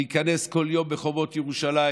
להיכנס כל יום לרחובות ירושלים,